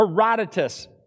Herodotus